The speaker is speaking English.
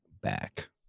back